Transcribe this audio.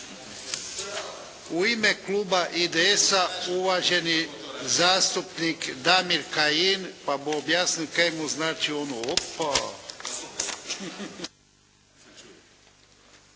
U ime kluba IDS-a uvaženi zastupnik Damir Kajin, pa bu objasnil kaj mu znači ono "opaa".